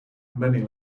many